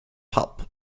pub